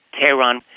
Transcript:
Tehran